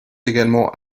également